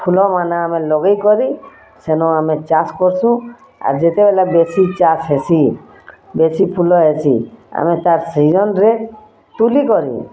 ଫୁଲ ମାନେ ଆମେ ଲଗାଇକରି ସେନ ଆମେ ଚାଷ୍ କର୍ସୁଁ ଆର୍ ଯେତେବେଲେ ବେଶୀ ଚାଷ୍ ହେସି ବେଶୀ ଫୁଲ ହେସି ଆମେ ତାର୍ ସିଜନ୍ରେ ତୁଲି କରି